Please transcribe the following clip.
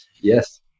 Yes